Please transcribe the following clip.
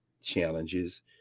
challenges